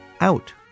out